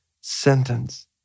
sentence